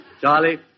Charlie